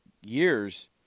years –